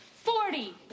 Forty